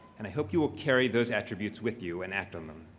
and i hope you will carry those attributes with you and act on them.